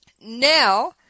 Now